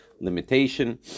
limitation